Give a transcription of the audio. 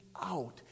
out